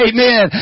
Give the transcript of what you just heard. Amen